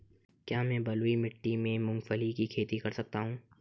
क्या मैं बलुई मिट्टी में मूंगफली की खेती कर सकता हूँ?